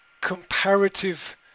comparative